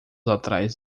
atrás